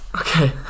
Okay